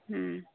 ᱦᱩᱸ